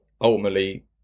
ultimately